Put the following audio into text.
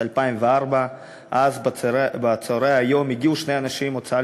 2004. אז היום בצהרי שני הגיעו אנשים מההוצאה